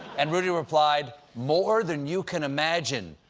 and rudy replied, more than you can imagine.